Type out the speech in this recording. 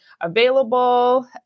available